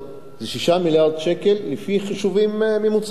זה 6 מיליארד שקל לפי חישובים ממוצעים,